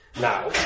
Now